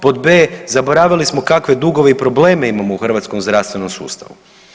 Pod b) zaboravili smo kakve dugove i probleme imamo u hrvatskom zdravstvenom sustavu.